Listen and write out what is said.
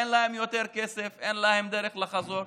אין להם יותר כסף, אין להם דרך לחזור.